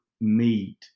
meet